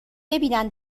ببینن